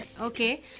Okay